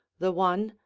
the one,